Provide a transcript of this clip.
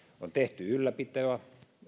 on tehty ylläpitoa